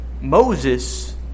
Moses